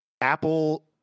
apple